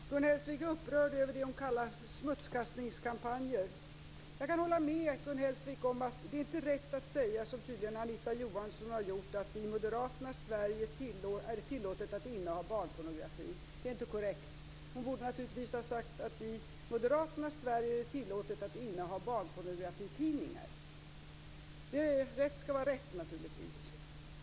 Herr talman! Gun Hellsvik är upprörd över det hon kallar smutskastningskampanjer. Jag kan hålla med Gun Hellsvik om att det inte är rätt att säga det som Anita Johansson tydligen har sagt, att i moderaternas Sverige är det tillåtet att inneha barnpornografi. Det är inte korrekt. Hon borde naturligtvis ha sagt: I moderaternas Sverige är det tillåtet att inneha barnpornografitidningar. Rätt skall vara rätt.